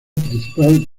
principal